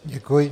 Děkuji.